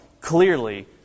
clearly